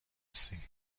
رسی